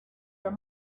your